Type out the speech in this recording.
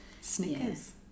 snickers